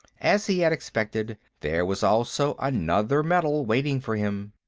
as he had expected, there was also another medal waiting for him.